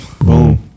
Boom